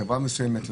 חברה מסוימת,